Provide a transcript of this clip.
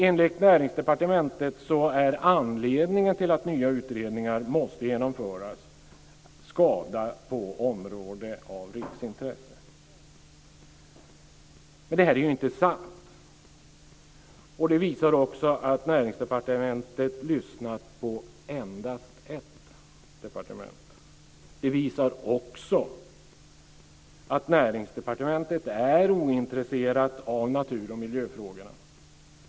Enligt Näringsdepartementet är anledningen till att nya utredningar måste genomföras skada på område av riksintresse. Det här är ju inte sant. Det visar också att Näringsdepartementet lyssnar på endast ett departement. Det visar också att Näringsdepartementet är ointresserat av natur och miljöfrågorna.